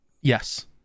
Yes